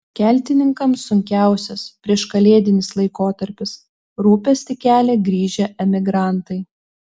keltininkams sunkiausias prieškalėdinis laikotarpis rūpestį kelia grįžę emigrantai